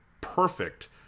perfect